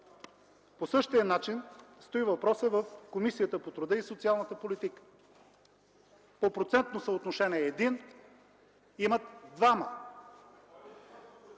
По същия начин стои въпросът в Комисията по труда и социалната политика – по процентно съотношение е един, те имат двама.